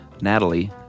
Natalie